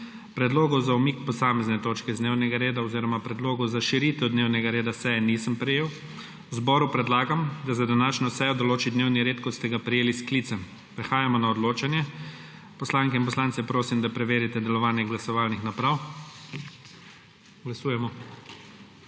Predlogov za umik posamezne točke z dnevnega reda oziroma predlogov za širitev dnevnega reda seje nisem prejel. Zboru predlagam, da za današnjo sejo določi dnevni red, ki ste ga prejeli s sklicem. Prehajamo na odločanje. Poslanke in poslance prosim, da preverite delovanje glasovalnih naprav. Glasujemo.